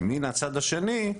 מן הצד השני,